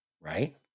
Right